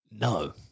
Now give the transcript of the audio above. No